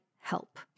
help